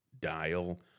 dial